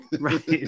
Right